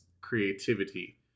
creativity